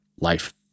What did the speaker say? life